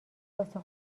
واسه